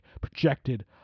projected